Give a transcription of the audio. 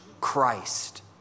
Christ